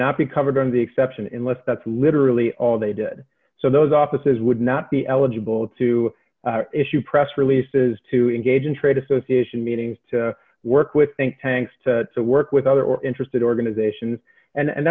not be covered under the exception in less that's literally all they did so those offices would not be eligible to issue press releases to engage in trade association meetings to work with think tanks to work with other or interested organizations and